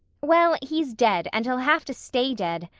well, he's dead, and he'll have to stay dead,